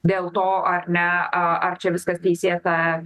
dėl to ar ne čia viskas teisėta